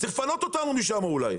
צריך לפנות אותנו משמה אולי,